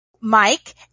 Mike